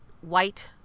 white